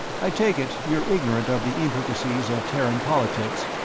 i take it you're ignorant of the intricacies of terran politics?